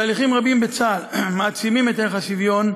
תהליכים רבים בצה״ל מעצימים את ערך השוויון,